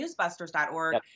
newsbusters.org